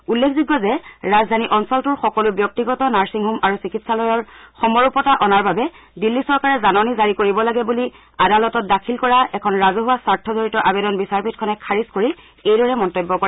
উল্লেখযোগ্য যে দিল্লী চৰকাৰে ৰাজধানী অঞ্চলটোৰ সকলো ব্যক্তিগত নাৰ্ছিংহোম আৰু চিকিৎসালয়ৰ সমৰূপতা অনাৰ বাবে জাননী জাৰি কৰিব লাগে বুলি আদালতত দাখিল কৰা এখন ৰাজহুৱা স্বাৰ্থজড়িত আবেদন বিচাৰপীঠখনে খাৰিজ কৰি এইদৰে মন্তব্য কৰে